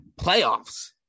Playoffs